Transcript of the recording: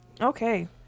Okay